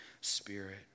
spirit